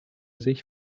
sich